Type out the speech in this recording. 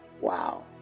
Wow